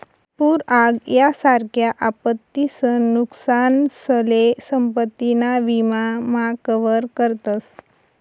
पूर आग यासारख्या आपत्तीसन नुकसानसले संपत्ती ना विमा मा कवर करतस